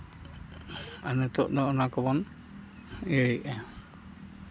ᱟᱨ ᱱᱤᱛᱚᱜ ᱫᱚ ᱚᱱᱟ ᱠᱚᱵᱚᱱ ᱤᱭᱟᱹᱭᱮᱜᱼᱟ